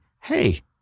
hey